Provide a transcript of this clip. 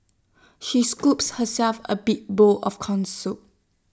she scooped herself A big bowl of Corn Soup